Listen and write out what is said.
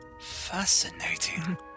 Fascinating